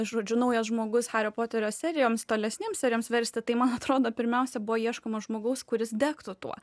žodžiu naujas žmogus hario poterio serijoms tolesnėms serijoms versti tai man atrodo pirmiausia buvo ieškoma žmogaus kuris degtų tuo